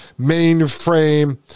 mainframe